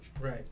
right